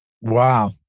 wow